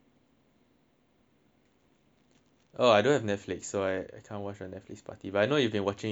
oh I don't have Netflix so I I can't watch on Netflix party but I know you've been watching with your four eye guys [right]